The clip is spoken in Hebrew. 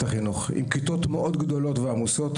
החינוך עם כיתות גדולות מאוד ועמוסות,